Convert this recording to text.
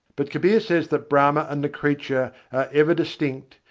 but kabir says that brahma and the creature are ever distinct,